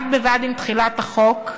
בד בבד עם תחילת החוק,